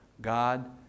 God